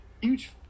huge